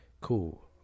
Cool